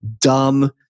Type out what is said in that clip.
dumb